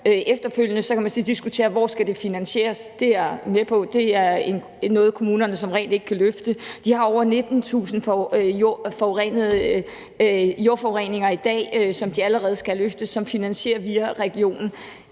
Efterfølgende kan vi så diskutere, hvor det så skal finansieres. Det er jeg med på. Det er noget, kommunerne som regel ikke kan løfte. De har over 19.000 jordforureninger i dag, som de allerede skal løfte, og som finansieres via regionen.